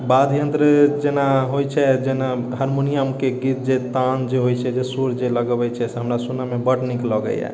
वाद्य यन्त्र होइ छै जेना हारमोनियमके गीत जे तान जे होइ छै जे सुर जे लगबै छै से सुनैमे हमरा बड्ड नीक लगैयै